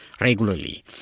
regularly